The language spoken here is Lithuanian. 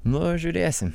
nu žiūrėsim